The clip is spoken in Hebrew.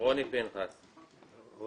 אני